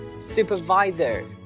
Supervisor